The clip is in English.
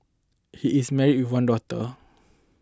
he is married with one daughter